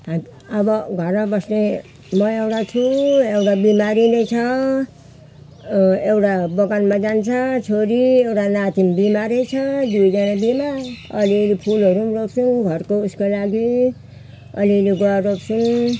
अब घरमा बस्ने म एउटा छु एउटा बिमारी नै छ एउटा बगानमा जान्छ छोरी एउटा नातिनी बिमार छ दुइजना बिमार अलि अलि फुलहरू पनि रोप्छौँ घरको उयसको लागि अलि अलि गुवा रोप्छौँ